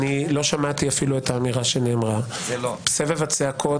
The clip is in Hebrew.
אני קורא אותך לסדר פעם שלישית.